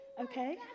Okay